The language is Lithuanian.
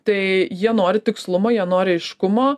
tai jie nori tikslumo jie nori aiškumo